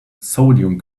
sodium